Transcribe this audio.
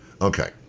Okay